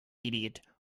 idiot